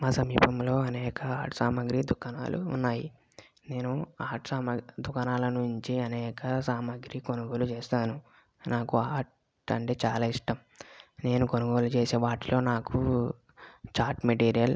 ఆ సమీపంలో అనేక ఆర్ట్ సామాగ్రి దుకాణాలు ఉన్నాయి నేను ఆర్ట్ సామాన్లు దుకాణాల నుంచి అనేక సామాగ్రి కొనుగోలు చేస్తాను నాకు ఆర్ట్ అంటే చాలా ఇష్టం నేను కొనుగోలు చేసే వాటిలో నాకు చాట్ మెటీరియల్